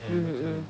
mm mm